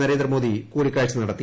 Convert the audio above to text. നരേന്ദ്രമോദി കൂടിക്കാഴ്ച നടത്തി